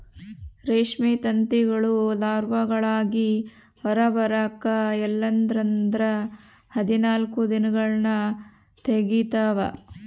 ರೇಷ್ಮೆ ತತ್ತಿಗಳು ಲಾರ್ವಾಗಳಾಗಿ ಹೊರಬರಕ ಎನ್ನಲ್ಲಂದ್ರ ಹದಿನಾಲ್ಕು ದಿನಗಳ್ನ ತೆಗಂತಾವ